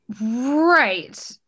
Right